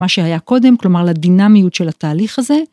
מה שהיה קודם כלומר לדינמיות של התהליך הזה.